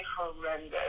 horrendous